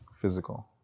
physical